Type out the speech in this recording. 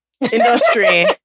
Industry